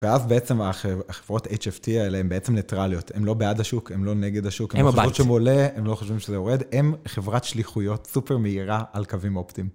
ואז בעצם החברות ה-HFT האלה הן בעצם ניטרליות, הן לא בעד השוק, הן לא נגד השוק, הן לא חושבות שזה עולה, הן לא חושבות שזה יורד, הן חברת שליחויות סופר מהירה על קווים אופטיים.